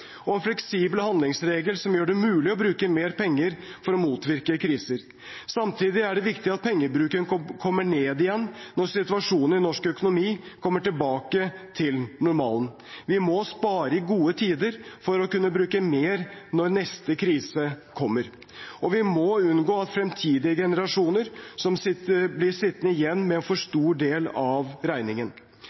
og en fleksibel handlingsregel som gjør det mulig å bruke mer penger for å motvirke kriser. Samtidig er det viktig at pengebruken kommer ned igjen når situasjonen i norsk økonomi kommer tilbake til normalen. Vi må spare i gode tider for å kunne bruke mer når neste krise kommer. Og vi må unngå at fremtidige generasjoner blir sittende med en for stor del av regningen.